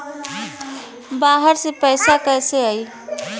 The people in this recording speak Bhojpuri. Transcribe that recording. बाहर से पैसा कैसे आई?